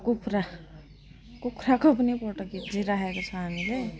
कुखुरा कुखुराको पनि फोटो खिचेर राखेको हामीले